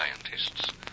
scientists